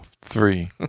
three